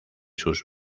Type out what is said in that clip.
sus